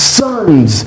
sons